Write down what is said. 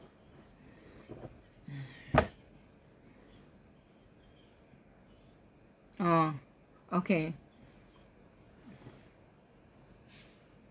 oh okay